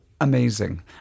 amazing